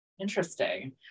Interesting